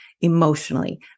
emotionally